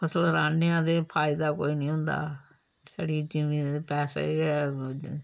फसल राह्ने आं ते फायदा कोई निं होंदा छड़ी जमीन ते पैसे गै